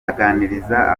aganiriza